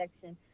section